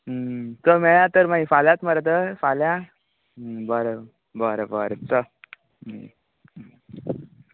चल मेळया तर मागीर फाल्यांच मरे तर फाल्यां बरें बरें चल